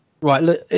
Right